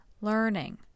learning